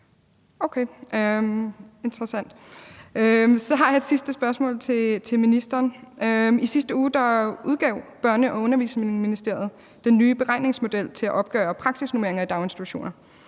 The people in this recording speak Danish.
er interessant. Så har jeg et sidste spørgsmål til ministeren. I sidste uge udgav Børne- og Undervisningsministeriet den nye beregningsmodel til at opgøre praksisnormeringer i daginstitutioner.